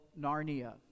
Narnia